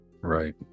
Right